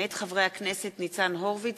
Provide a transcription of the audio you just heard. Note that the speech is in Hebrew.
מאת חברי הכנסת ניצן הורוביץ,